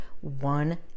one